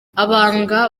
abaganga